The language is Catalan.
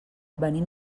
venim